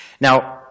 Now